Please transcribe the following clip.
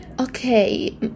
okay